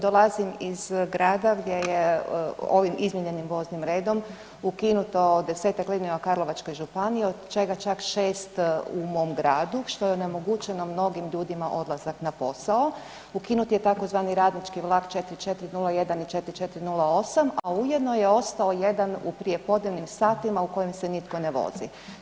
Dolazim iz grada gdje je ovim izmijenjenim voznim redom ukinuto desetak linija u Karlovačkoj županiji od čega čak šest u mom gradu što je onemogućeno mnogim ljudima odlazak na posao, ukinut je tzv. radnički vlak 4401 i 4408, a ujedno je ostao jedan u prijepodnevnim satima u kojem se nitko ne vozi.